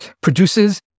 produces